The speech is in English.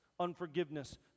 Unforgiveness